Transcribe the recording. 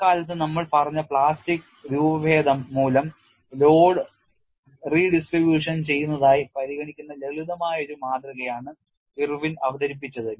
അക്കാലത്ത് നമ്മൾ പറഞ്ഞത് പ്ലാസ്റ്റിക് രൂപഭേദം മൂലം ലോഡ് പുനർവിതരണം ചെയ്യുന്നതായി പരിഗണിക്കുന്ന ലളിതമായ ഒരു മാതൃകയാണ് ഇർവിൻ അവതരിപ്പിച്ചത്